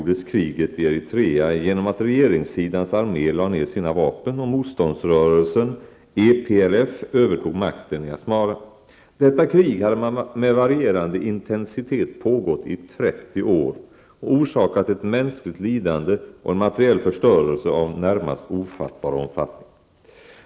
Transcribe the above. Detta krig hade med varierande intensitet pågått i 30 år och orsakat ett mänskligt lidande och en materiell förstörelse av närmast ofattbar omfattning.